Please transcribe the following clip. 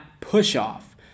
push-off